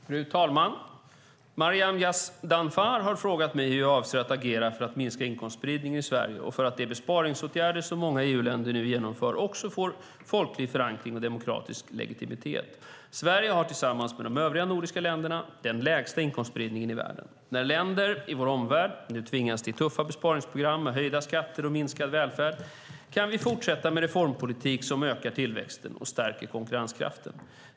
Fru talman! Maryam Yazdanfar har frågat mig hur jag avser att agera för att minska inkomstspridningen i Sverige och för att de besparingsåtgärder som många EU-länder nu genomför också får folklig förankring och demokratisk legitimitet. Sverige har, tillsammans med de övriga nordiska länderna, den lägsta inkomstspridningen i världen. När länder i vår omvärld nu tvingas till tuffa besparingsprogram med höjda skatter och minskad välfärd kan vi fortsätta med en reformpolitik som ökar tillväxten och stärker konkurrenskraften.